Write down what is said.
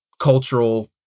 cultural